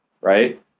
right